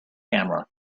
camera